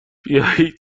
بیایید